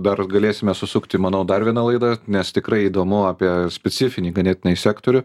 dar galėsime susukti manau dar vieną laidą nes tikrai įdomu apie specifinį ganėtinai sektorių